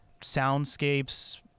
Soundscapes